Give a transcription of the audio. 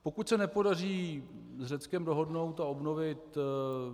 Pokud se nepodaří s Řeckem dohodnout a obnovit